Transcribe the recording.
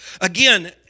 Again